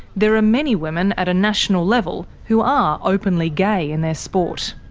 there are many women at a national level who are openly gay in their sport.